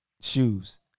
shoes